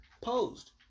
posed